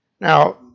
Now